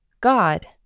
God